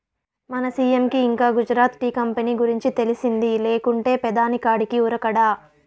మన సీ.ఎం కి ఇంకా గుజరాత్ టీ కంపెనీ గురించి తెలిసింది లేకుంటే పెదాని కాడికి ఉరకడా